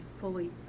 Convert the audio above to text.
fully